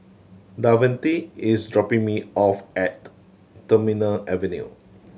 Davante is dropping me off at Terminal Avenue